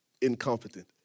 incompetent